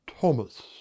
Thomas